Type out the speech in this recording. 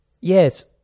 Yes